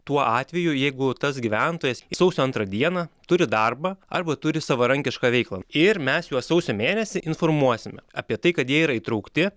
tuo atveju jeigu tas gyventojas sausio antrą dieną turi darbą arba turi savarankišką veiklą ir mes juos sausio mėnesį informuosime apie tai kad jie yra įtraukti